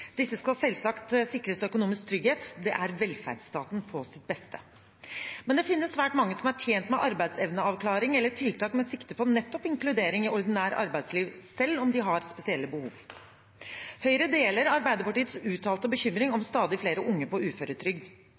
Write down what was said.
Disse skal selvsagt sikres økonomisk trygghet, det er velferdsstaten på sitt beste. Men det finnes svært mange som er tjent med arbeidsevneavklaring eller tiltak med sikte på nettopp inkludering i ordinært arbeidsliv selv om de har spesielle behov. Høyre deler Arbeiderpartiets uttalte bekymring om stadig flere unge på uføretrygd.